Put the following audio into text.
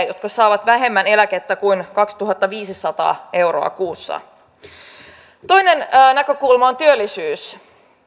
jotka saavat vähemmän kuin kaksituhattaviisisataa euroa kuussa eläkettä toinen näkökulma on työllisyys